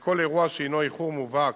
וכל אירוע שהינו איחור מובהק,